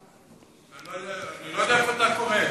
אני לא יודע איפה אתה קורא.